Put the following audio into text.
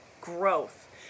growth